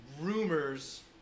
rumors